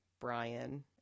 Brian